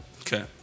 Okay